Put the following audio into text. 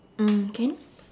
mm can